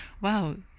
Wow